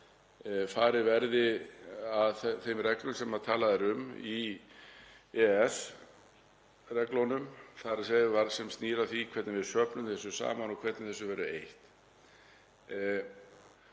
að farið verði að þeim reglum sem talað er um í EES-reglunum, þ.e. það sem snýr að því hvernig við söfnum þessu saman og hvernig þessu verður eytt.